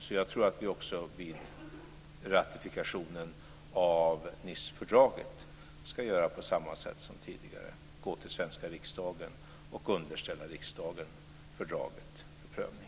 Därför tror jag att vi också vid ratifikationen av Nicefördraget ska göra på samma sätt som tidigare, gå till svenska riksdagen och underställa riksdagen fördraget för prövning.